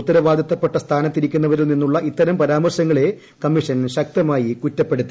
ഉത്തരവാദിത്തപ്പെട്ട സ്ഥാനത്തിരിക്കുന്നവരിൽ നിന്നുള്ള ഇത്തരം പരാമർശങ്ങളെ കമ്മീഷൻ ശക്തമായി കുറ്റപ്പെടുത്തി